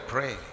Pray